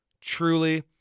Truly